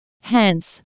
Hence